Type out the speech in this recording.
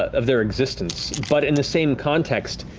of their existence. but in the same context,